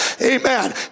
Amen